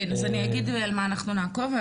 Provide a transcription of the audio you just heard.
כן, אז אני אגיד על מה אנחנו נעקוב.